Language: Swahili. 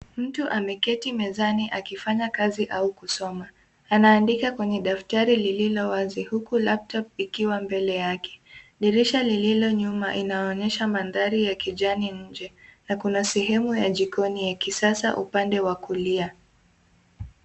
Mtu ameketi mezani akifanya kazi au kusoma. Anaandika kwenye daftari lililo wazi huku [cs ] laptop likiwa mbele yake. Dirisha lililo nyuma linaonyesha maandhari ya kijani nje na kuna sehemu ya jikoni ya kisasa upande wa kulia.